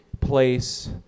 place